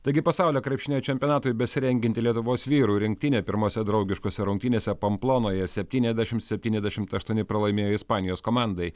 taigi pasaulio krepšinio čempionatui besirengianti lietuvos vyrų rinktinė pirmose draugiškose rungtynėse pamplonaje septyniasdešimt septyniasdešimt aštuoni pralaimėjo ispanijos komandai